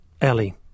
Ellie